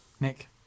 Nick